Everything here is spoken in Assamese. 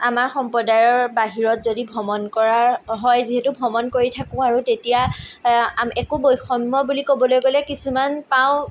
আমাৰ সম্প্ৰদায়ৰ বাহিৰত যদি ভ্ৰমণ কৰাৰ হয় যিহেতু ভ্ৰমণ কৰি থাকোঁ আৰু তেতিয়া আমি একো বৈষম্য বুলি ক'বলৈ গ'লে কিছুমান পাওঁ